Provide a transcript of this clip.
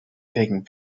taking